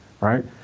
right